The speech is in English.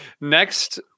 next –